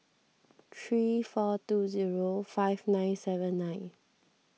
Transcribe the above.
three four two zero five nine seven nine